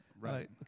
right